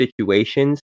situations